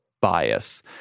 bias